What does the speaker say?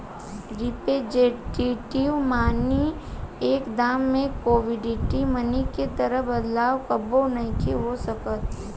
representative money के दाम में कमोडिटी मनी के तरह बदलाव कबो नइखे हो सकत